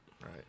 Right